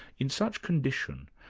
in such condition,